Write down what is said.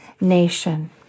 nation